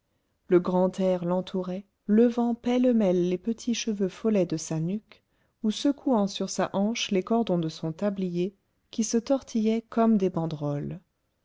le grand air l'entourait levant pêle-mêle les petits cheveux follets de sa nuque ou secouant sur sa hanche les cordons de son tablier qui se tortillaient comme des banderoles